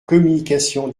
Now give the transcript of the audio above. communication